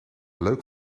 leuk